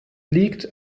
liegt